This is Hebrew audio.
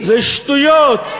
זה שטויות,